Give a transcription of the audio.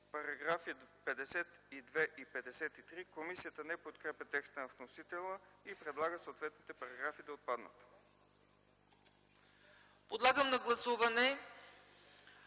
Параграфи 52 и 53 - комисията не подкрепя текста на вносителя и предлага съответните параграфи да отпаднат. ПРЕДСЕДАТЕЛ ЦЕЦКА